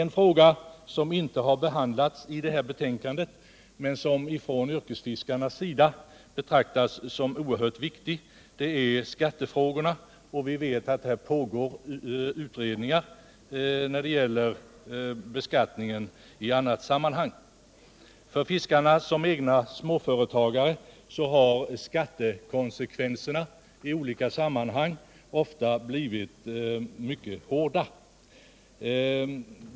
Någonting som inte har behandlats i det här betänkandet men som av yrkesfiskarna betraktas som oerhört viktigt är frågan om skatterna. Vi vet att utredningar pågår om beskattningen i annat sammanhang. Skattekonsekvenserna för fiskarna såsom egna småföretagare har ofta blivit mycket hårda.